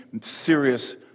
serious